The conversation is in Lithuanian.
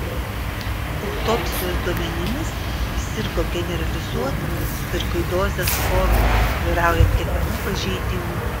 autopsijos duomenimis jis sirgo generalizuota sarkoidozės forma vyraujant kepenų pažeidimui